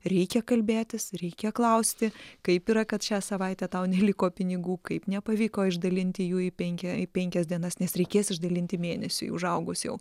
reikia kalbėtis reikia klausti kaip yra kad šią savaitę tau neliko pinigų kaip nepavyko išdalinti jų į penkia penkias dienas nes reikės išdalinti mėnesiui užaugus jau